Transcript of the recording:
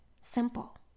simple